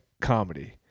comedy